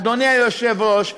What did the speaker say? אדוני היושב-ראש,